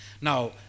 Now